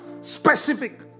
specific